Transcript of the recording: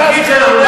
נגיד שאנחנו,